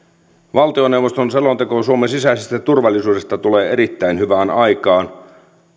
valtioneuvoston selonteko suomen sisäisestä turvallisuudesta tulee erittäin hyvään aikaan